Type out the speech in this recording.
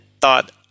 thought